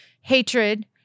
hatred